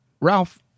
Ralph